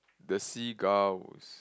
the seagulls